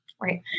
right